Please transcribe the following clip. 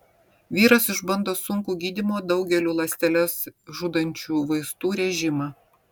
vyras išbando sunkų gydymo daugeliu ląsteles žudančių vaistų režimą